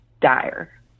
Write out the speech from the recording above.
dire